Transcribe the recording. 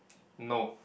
no